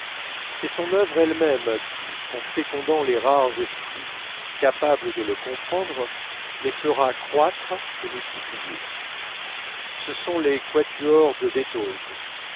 c'est son œuvre elle-même qui en fécondant les rares esprits capables de la comprendre les fera croître et multiplier ce sont les quatuors de beethoven